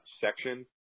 section